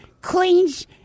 cleans